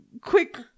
Quick